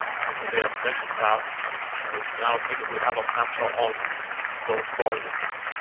and check the data protection tab and we can now see that we have a snapshot on those volumes.